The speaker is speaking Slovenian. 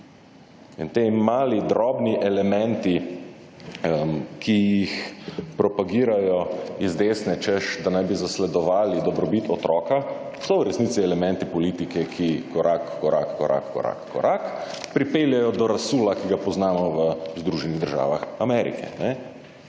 In ti mali drobni elementi, ki jih propagirajo iz desne, češ, da naj bi zasledovali dobrobit otroka so v resnici elementi politike, ki korak korak korak korak pripeljejo do razsula, ki ga poznamo v Združenih državah Amerike.